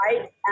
right